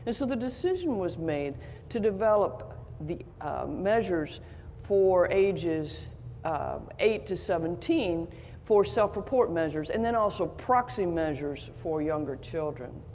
and so the decision was made to develop measures for ages um eight to seventeen for self-report measures and then also proxy measures for younger children.